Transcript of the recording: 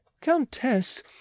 countess